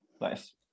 Nice